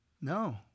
No